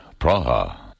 Praha